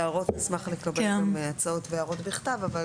הערות והצעות בכתב נשמח לקבל,